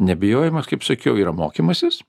nebijojimas kaip sakiau yra mokymasis